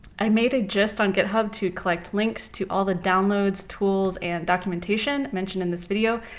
i made a gist on github to collect links to all the downloads, tools, and documentation mentioned in this video.